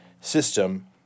system